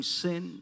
sin